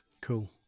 Cool